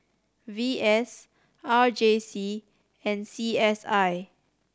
V S R J C and C S I